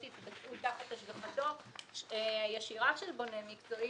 תתבצענה תחת השגחתו הישירה של בונה מקצועי,